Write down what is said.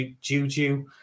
juju